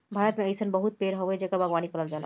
भारत में अइसन बहुते पेड़ हवे जेकर बागवानी कईल जाला